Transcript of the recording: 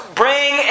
bring